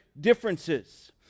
differences